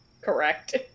Correct